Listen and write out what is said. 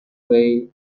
way